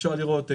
אפשר לראות,